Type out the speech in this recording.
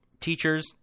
teachers